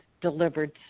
delivered